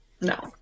No